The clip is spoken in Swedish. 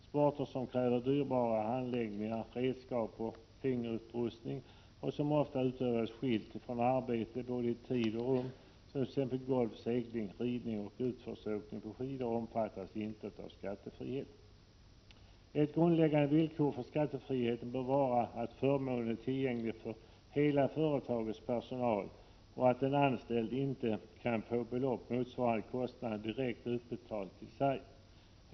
Sporter som kräver dyrbarare anläggningar, redskap och kringutrustning och som oftast utövas skilt från arbetet både i tid och rum, som t.ex. golf, segling, ridning och utförsåkning på skidor omfattas inte av skattefriheten. Ett grundläggande villkor för skattefrihet bör vara att förmånen är tillgänglig för hela företagets personal och att den anställde inte kan få belopp motsvarande kostnaden direkt utbetald till sig.